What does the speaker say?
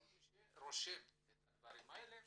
כל מי שרושם את הדברים האלה,